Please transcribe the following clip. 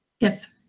Yes